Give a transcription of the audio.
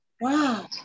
Wow